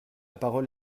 parole